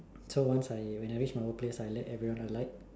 so once I when I reach my workplace right I let everyone alight